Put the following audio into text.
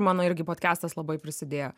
mano irgi podkastas labai prisidėjo